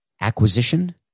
acquisition